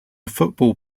football